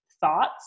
thoughts